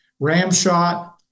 Ramshot